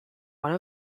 one